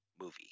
movie